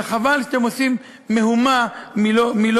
חבל שאתם עושים מהומה מלא-מאומה.